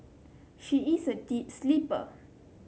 she is a deep sleeper